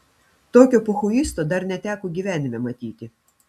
tokio pochuisto dar neteko gyvenime matyti